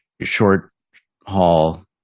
short-haul